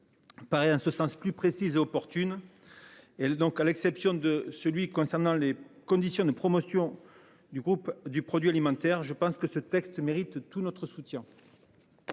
Paraît en ce sens plus précises et opportunes. Et donc, à l'exception de celui concernant les conditions de promotion du groupe du produit alimentaire. Je pense que ce texte mérite tout notre soutien.